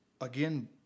again